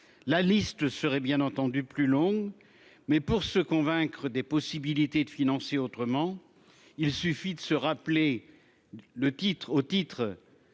la liste serait bien entendu plus longue mais pour se convaincre des possibilités de financer autrement. Il suffit de se rappeler. Le titre